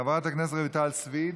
חברת הכנסת רויטל סויד,